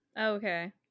Okay